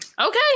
okay